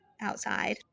outside